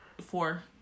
four